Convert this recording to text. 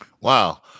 Wow